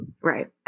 Right